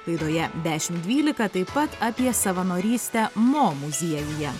laidoje dešim dvylika taip pat apie savanorystę mo muziejuje